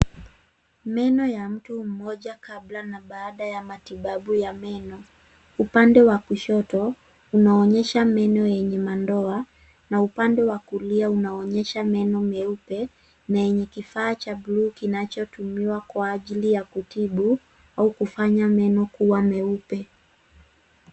Meno ya mtu mmoja kabla na baada ya mtibabu ya meno. Upande wa kushoto unaonyesha meno enye madoa na upande wa kulia unaonyesha meno meupe na enye kifaa cha buluu kinacho tumiwa kwa ajili ya kutibu au kufanya meno kuwa meupe.